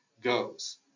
goes